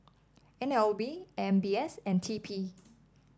N L B M B S and T P